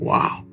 Wow